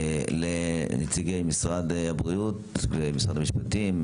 לנציגי משרד הבריאות ומשרד המשפטים,